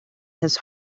his